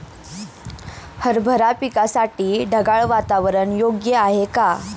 हरभरा पिकासाठी ढगाळ वातावरण योग्य आहे का?